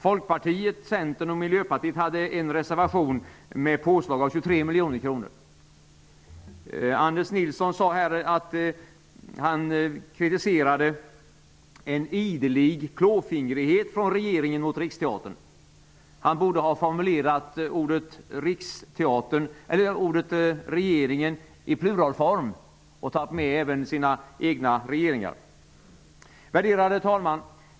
Folkpartiet, Anders Nilsson sade här att han kritiserade en idelig klåfingrighet från regeringen mot Riksteatern. Han borde ha formulerat ordet ''regeringen'' i pluralform och tagit med även sina egna regeringar. Värderade talman!